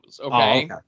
okay